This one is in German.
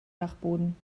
dachboden